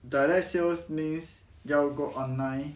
direct sales means 要 go online